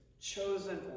chosen